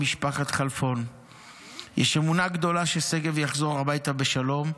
למשפחת כלפון יש אמונה גדולה ששגב יחזור הביתה בשלום,